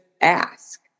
ask